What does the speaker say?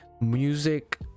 music